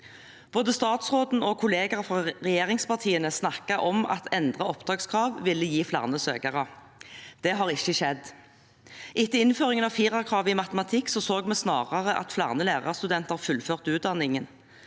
Både statsråden og kollegaer fra regjeringspartiene snakket om at endrede opptakskrav ville gi flere søkere. Det har ikke skjedd. Etter innføringen av firerkravet i matematikk så vi snar ere at flere lærerstudenter fullførte utdanningen.